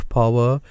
power